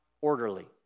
orderly